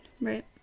Right